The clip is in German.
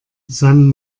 san